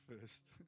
first